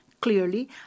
clearly